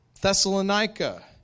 Thessalonica